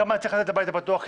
כמה צריך לתת לבית הפתוח,